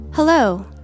Hello